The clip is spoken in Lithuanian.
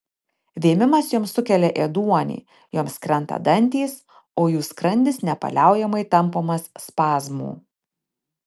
vėmimas joms sukelia ėduonį joms krenta dantys o jų skrandis nepaliaujamai tampomas spazmų